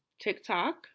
tiktok